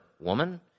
woman